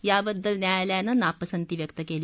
याबद्दल न्यायालयानं नापसंती व्यक्त केली